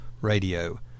Radio